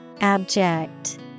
abject